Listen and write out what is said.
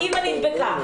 האימא נדבקה,